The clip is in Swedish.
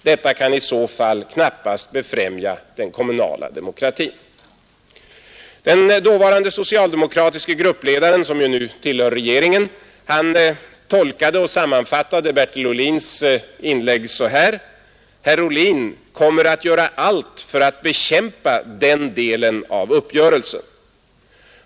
Detta kan i så fall knappast befrämja den kommunala demokratin.” Den dåvarande socialdemokratiske gruppledaren, som nu tillhör regeringen, sammanfattade Bertil Ohlins inlägg så här: Herr Ohlin ”kommer att göra allt för att bekämpa den delen av uppgörelsen”.